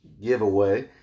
giveaway